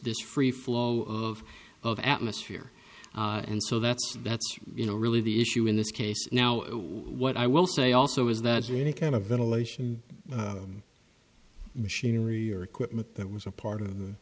s free flow of of atmosphere and so that's that's you know really the issue in this case now what i will say also is that really kind of ventilation machinery or equipment that was a part of